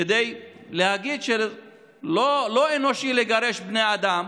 כדי להגיד שלא אנושי לגרש בני אדם,